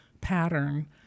pattern